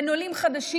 בין עולים חדשים,